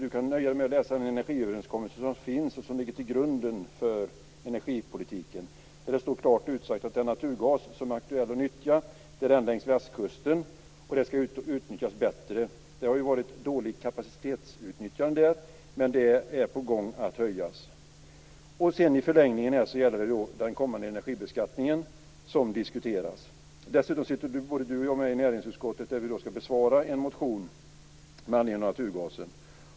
Du kunde nöja dig med att läsa den energiöverenskommelse som finns och som ligger till grund för energipolitiken. Där står det klart utsagt att den naturgas som är aktuell att nyttja är den längs västkusten, och den skall utnyttjas bättre. Det har ju varit dåligt kapacitetsutnyttjande där, men det är på gång att höjas. I förlängningen gäller det också den kommande energibeskattningen, som diskuteras. Dessutom sitter både du och jag med i näringsutskottet, där vi skall besvara en motion med anledning av naturgasen.